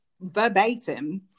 verbatim